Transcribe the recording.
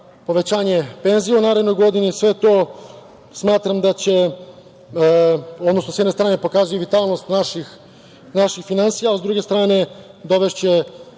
povećanje penzija u narednoj godini, sve to s jedne strane pokazuje i vitalnost naših finansija, a s druge strane dovešće